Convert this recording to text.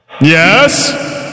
Yes